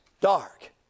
Dark